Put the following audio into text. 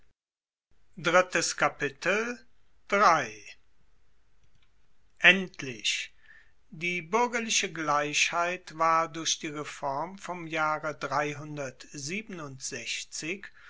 endlich die buergerliche gleichheit ward durch die reform vom jahre